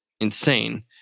insane